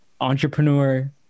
entrepreneur